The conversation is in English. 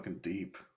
deep